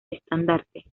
estandarte